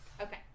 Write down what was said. Okay